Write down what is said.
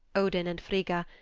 odin and frigga,